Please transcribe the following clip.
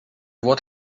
what